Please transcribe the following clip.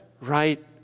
right